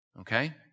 okay